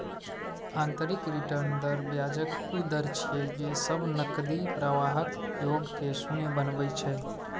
आंतरिक रिटर्न दर ब्याजक ऊ दर छियै, जे सब नकदी प्रवाहक योग कें शून्य बनबै छै